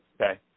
Okay